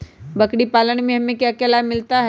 बकरी पालने से हमें क्या लाभ मिलता है?